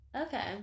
Okay